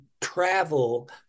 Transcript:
travel